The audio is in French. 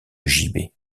gibet